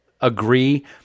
agree